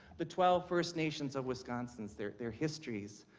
the twelve first nations of wisconsin, their their histories,